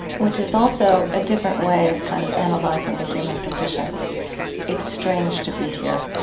which is also a different way of kind of analyzing the human condition it's strange to be here.